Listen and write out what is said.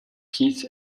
keith